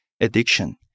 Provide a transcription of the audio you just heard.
addiction